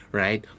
right